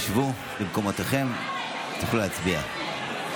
שבו במקומותיכן, תוכלו להצביע.